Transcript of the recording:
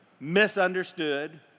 misunderstood